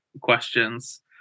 questions